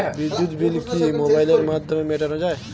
বিদ্যুৎ বিল কি মোবাইলের মাধ্যমে মেটানো য়ায়?